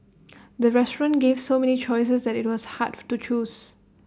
the restaurant gave so many choices that IT was hard to choose